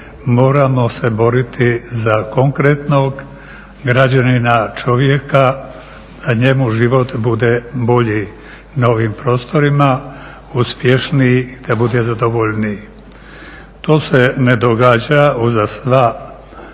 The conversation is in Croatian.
moramo se boriti za konkretnog građanina, čovjeka, da njemu život bude bolji na ovim prostorima, uspješniji, da bude zadovoljniji. To se ne događa uza sva hajmo